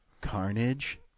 carnage